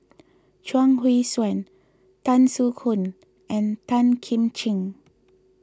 Chuang Hui Tsuan Tan Soo Khoon and Tan Kim Ching